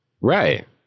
Right